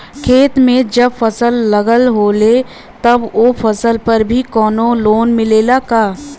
खेत में जब फसल लगल होले तब ओ फसल पर भी कौनो लोन मिलेला का?